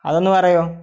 അതൊന്നു പറയാമോ